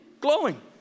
glowing